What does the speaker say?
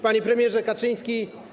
Panie Premierze Kaczyński!